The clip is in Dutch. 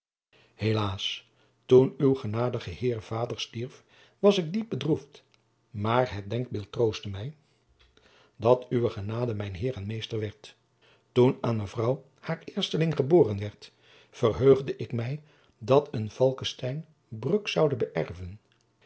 helaas toen uw genadige heer vader stierf was ik diep bedroefd maar het denkbeeld troostte mij dat uwe genade mijn heer en meester werd toen aan mevrouw haar eersteling geboren werd verheugde ik mij dat een falckestein bruck zoude beërven